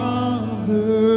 Father